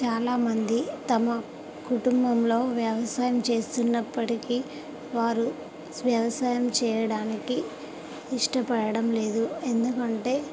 చాలామంది తమ కుటుంబంలో వ్యవసాయం చేస్తున్నప్పటికి వారు వ్యవసాయం చేయడానికి ఇష్టపడడం లేదు ఎందుకంటే